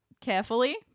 carefully